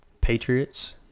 Patriots